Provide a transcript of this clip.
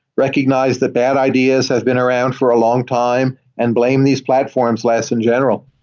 recognize that bad ideas has been around for a long time and blame these platforms less in general.